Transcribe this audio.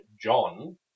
John